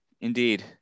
Indeed